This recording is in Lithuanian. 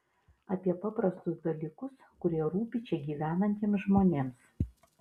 apie paprastus dalykus kurie rūpi čia gyvenantiems žmonėms